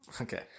Okay